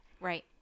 Right